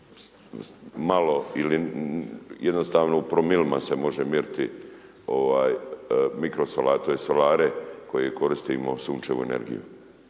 malo ili jednostavno u promilima se može mjeriti mikosolare i solare kojima koristimo Sunčevu energiju.